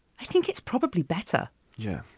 i think it's probably better yeah,